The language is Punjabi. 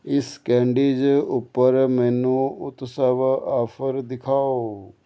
ਇਸ ਕੈਂਡੀਜ਼ ਉੱਪਰ ਮੈਨੂੰ ਉਤਸਵ ਆਫ਼ਰ ਦਿਖਾਓ